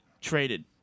traded